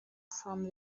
from